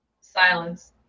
silence